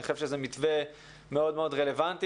אני חושב שזה מתווה מאוד מאוד רלוונטי.